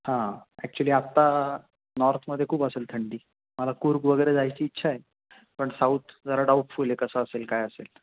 हां ॲक्च्युली आत्ता नॉर्थमध्ये खूप असेल थंडी मला कुर्ग वगैरे जायची इच्छा आहे पण साऊथ जरा डाऊटफुल आहे कसं असेल काय असेल